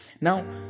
Now